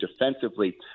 defensively